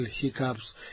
hiccups